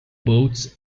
boats